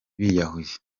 biyahuye